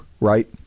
right